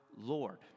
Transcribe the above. Lord